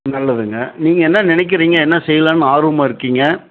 நல்லதுங்க நீங்கள் என்ன நினைக்கிறீங்க என்ன செய்யலாம்னு ஆர்வமாக இருக்கீங்க